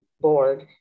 board